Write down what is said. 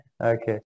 Okay